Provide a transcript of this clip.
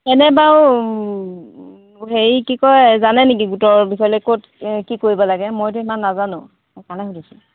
এনে বাৰু হেৰি কি কয় জানে নেকি গোটৰ বিষয়লৈ ক'ত কি কৰিব লাগে মইতো সিমান নাজানো সেইকাৰণে সুধিছোঁ